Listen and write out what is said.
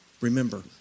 Remember